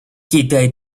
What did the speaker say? китай